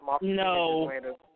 No